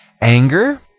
anger